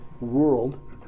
world